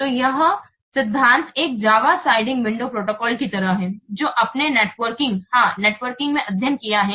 तो यह सिद्धांत एक जावा स्लाइडिंग विंडो प्रोटोकॉल की तरह है जो आपने नेटवर्किंग हाँ नेटवर्किंग में अध्ययन किया है